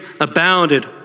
abounded